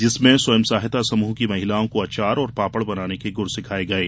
जिसमें स्व सहायता समूह की महिलाओं को अचार और पापड़ बनाने के गुर सिखाये गये